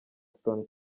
stone